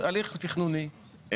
הליך תכנוני.